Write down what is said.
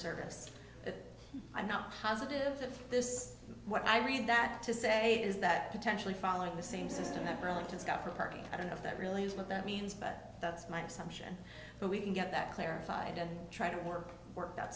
service but i'm not positive that this is what i read that to say is that potentially following the same system that really just got for parking i don't know if that really is what that means but that's my assumption but we can get that clarified and try to work work